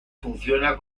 funciona